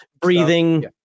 Breathing